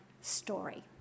story